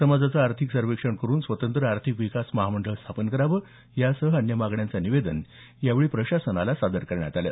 समाजाचं आर्थिक सर्वेक्षण करून स्वतंत्र आर्थिक विकास महामंडळ स्थापन करावं यासह अन्य मागण्याचं निवेदन यावेळी प्रशासनाला सादर करण्यात आलं